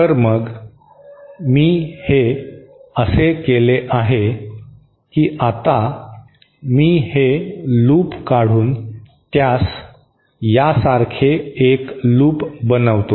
तर मग मी हे असे केले आहे की आता मी हे लूप काढून त्यास यासारखे एक लूप बनवितो